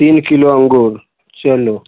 तीन किलो अंगूर चलू